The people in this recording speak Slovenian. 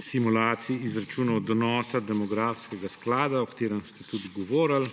simulaciji izračunov donosa demografskega sklada, o katerem ste tudi govorili,